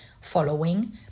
following